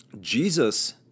Jesus